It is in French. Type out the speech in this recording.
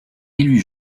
élu